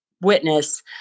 witness